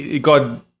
God